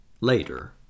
later